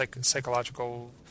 psychological